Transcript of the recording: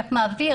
איך מעביר,